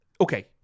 Okay